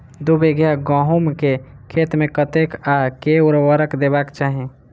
दु बीघा गहूम केँ खेत मे कतेक आ केँ उर्वरक देबाक चाहि?